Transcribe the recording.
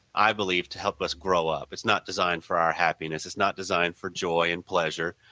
i believe, to help us grow up. it's not designed for our happiness, it's not designed for joy and pleasure.